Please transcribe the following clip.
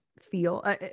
feel